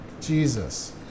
Jesus